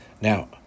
Now